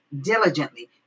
diligently